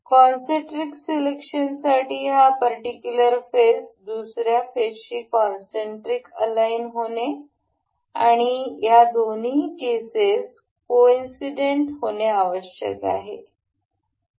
काँसीइंट्रिक्स सिलेक्शनसाठी हा particular face दुसऱ्या फेसशी काँसीइंट्रिक्स अलाइन होणे आणि आणि हे दोन्ही केसेस कोइन्सिडेंट होणे आवश्यक असते